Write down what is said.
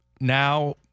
now